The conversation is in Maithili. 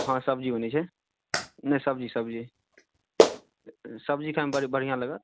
हँ सब्जी बनै छै नहि सब्जी सब्जी सब्जी खायमे बड़ बढ़िआँ लागत